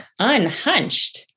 Unhunched